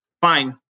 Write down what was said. fine